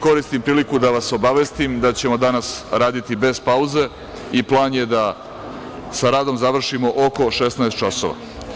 Koristim priliku da vas obavestim da ćemo danas raditi bez pauze i plan je da sa radom završimo oko 16.00 časova.